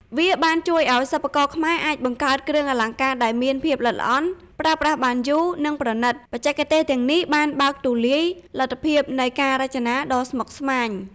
វាបានជួយឱ្យសិប្បករខ្មែរអាចបង្កើតគ្រឿងអលង្ការដែលមានភាពល្អិតល្អន់ ប្រើប្រាស់បានយូរ និងប្រណិត។ បច្ចេកទេសទាំងនេះបានបើកទូលាយលទ្ធភាពនៃការរចនាដ៏ស្មុគស្មាញ។